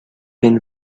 been